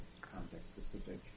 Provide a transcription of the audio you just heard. context-specific